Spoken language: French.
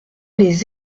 des